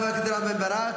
חבר הכנסת רם בן ברק,